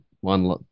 one